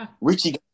Richie